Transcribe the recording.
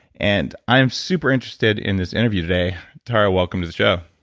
and i'm super interested in this interview today tara, welcome to the show